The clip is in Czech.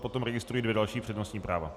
Potom registruji dvě další přednostní práva.